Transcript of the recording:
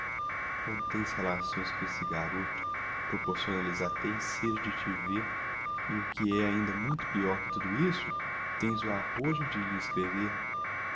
pestanejar mantens relações com esse garoto proporcionas lhe até ensejo de te ver e o que é ainda muito peor que tudo isso tens o arrojo de lhe escrever